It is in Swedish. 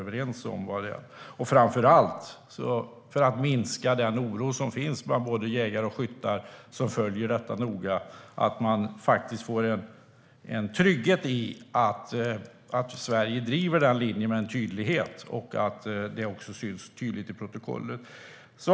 Det handlar här om att minska den oro som finns bland jägare och skyttar som följer detta noga, så att de får en trygghet i att Sverige driver sin linje med tydlighet och att det också syns tydligt i protokollen.